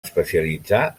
especialitzar